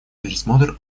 пересмотр